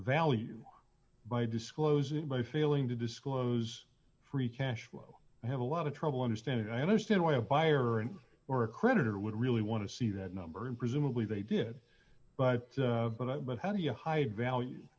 value by disclosing it by failing to disclose free cash flow i have a lot of trouble understanding i understand why a buyer and or a creditor would really want to see that number and presumably they did but but i but how do you hide val